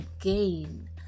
again